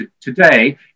today